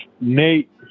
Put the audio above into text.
Nate